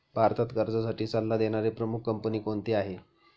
भारतात कर्जासाठी सल्ला देणारी प्रमुख कंपनी कोणती आहे?